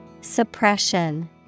Suppression